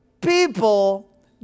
people